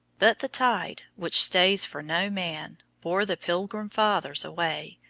but the tide, which stays for no man, bore the pilgrim fathers away,